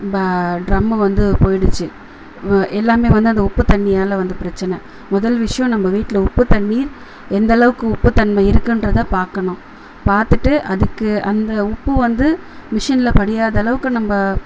ப ட்ரம்மு வந்து போயிடுச்சு வ எல்லாமே வந்து அந்த உப்பு தண்ணியில் வந்த பிரச்சனை முதல் விஷயம் நம்ம வீட்டில உப்பு தண்ணீர் எந்தளவுக்கும் உப்பு தன்மை இருக்கின்றத பார்க்கணும் பார்த்துட்டு அதுக்கும் அந்த உப்பு வந்து மிஷின்ல படியாத அளவுக்கு நம்ம